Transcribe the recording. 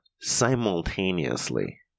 simultaneously